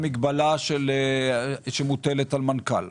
חלק מהמחזור השנתי שלהם הולך על מנכ"לות.